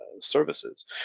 services